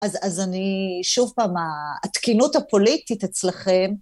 אז אני שוב פעם, התקינות הפוליטית אצלכם...